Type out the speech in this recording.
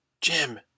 Jim